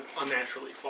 unnaturally